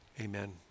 Amen